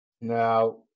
Now